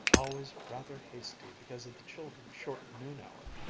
always rather hasty because of the children's short noon-hour,